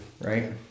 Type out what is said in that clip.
Right